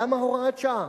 למה הוראת שעה?